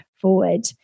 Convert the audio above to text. forward